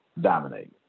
dominate